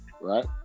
Right